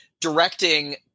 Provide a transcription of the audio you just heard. directing